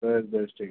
ᱵᱮᱥ ᱵᱮᱥ ᱴᱷᱤᱠ ᱜᱮᱭᱟ